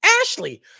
Ashley